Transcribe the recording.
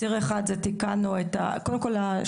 קודם כל,